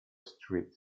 street